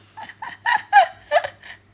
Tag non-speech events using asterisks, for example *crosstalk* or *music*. *laughs*